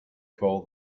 call